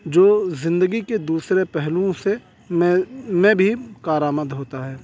جو زندگی کے دوسرے پہلوؤں سے میں میں بھی کارآمد ہوتا ہے